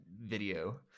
video